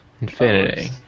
Infinity